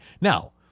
Now